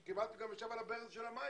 הוא כמעט גם ישב על הברז של המים.